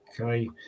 okay